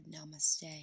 Namaste